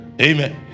Amen